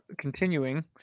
continuing